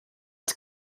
het